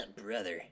brother